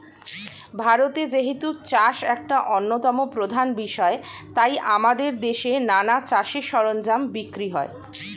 ভারতে যেহেতু চাষ একটা অন্যতম প্রধান বিষয় তাই আমাদের দেশে নানা চাষের সরঞ্জাম বিক্রি হয়